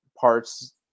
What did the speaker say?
parts